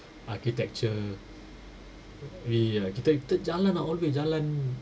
architecture we ah kita kita jalan ah all the way jalan